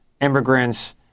immigrants